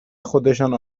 خودشان